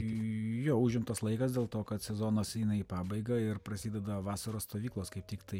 jau užimtas laikas dėl to kad sezonas eina į pabaigą ir prasideda vasaros stovyklos kaip tiktai